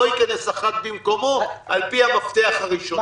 לא ייכנס אחד במקומו על פי המפתח הראשוני.